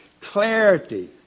clarity